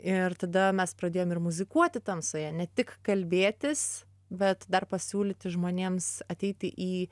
ir tada mes pradėjom ir muzikuoti tamsoje ne tik kalbėtis bet dar pasiūlyti žmonėms ateiti į